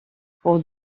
pour